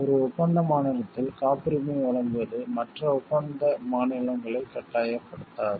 ஒரு ஒப்பந்த மாநிலத்தில் காப்புரிமை வழங்குவது மற்ற ஒப்பந்த மாநிலங்களை கட்டாயப்படுத்தாது